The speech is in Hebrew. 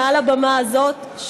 מעל הבמה הזאת,